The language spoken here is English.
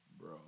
Bro